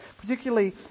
particularly